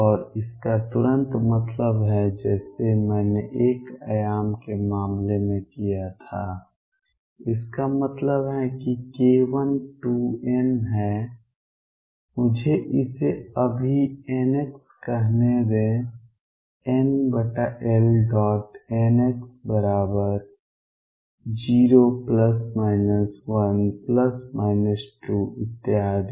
और इसका तुरंत मतलब है जैसे मैंने एक आयाम के मामले में किया था इसका मतलब है कि k1 2 n है मुझे इसे अभी nx कहने दे L nx0±1±2 इत्यादि